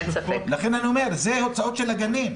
אלה ההוצאות של הגנים.